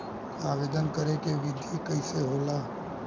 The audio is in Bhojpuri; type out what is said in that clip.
आवेदन करे के विधि कइसे होला?